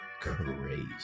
crazy